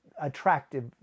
attractive